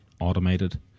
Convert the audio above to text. automated